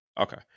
Okay